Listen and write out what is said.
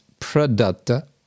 pradatta